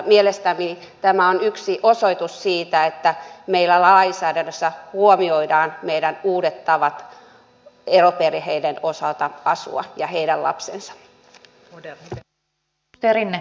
mielestäni tämä on yksi osoitus siitä että meillä lainsäädännössä huomioidaan meidän uudet tavat eroperheiden osalta asua ja heidän lapsensa